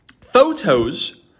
Photos